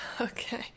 Okay